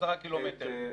10 קילומטר.